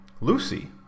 lucy